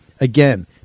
Again